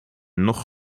nog